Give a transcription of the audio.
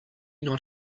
not